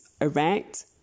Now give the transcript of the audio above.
erect